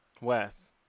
Wes